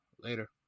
later